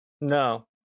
No